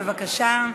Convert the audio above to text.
בבקשה.